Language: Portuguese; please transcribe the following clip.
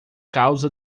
causa